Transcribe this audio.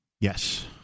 Yes